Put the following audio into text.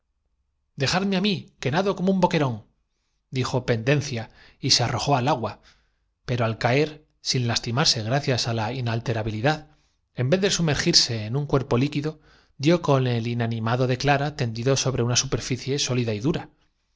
dejarme á mí que nado como un boquerón dijo pendencia y se arrojó al agua pero al caer sin salvaos idijo con terror el firmamento se des lastimarse gracias á la inalterabilidad en vez de su gaja los ríos han roto sus barreras y el valle ha des mergirse en un cuerpo líquido dió con el inanimado de aparecido bajo las hondas encrespadas de un mar de clara tendido sobre una superficie sólida espuma á la montaña y dura un